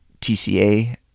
TCA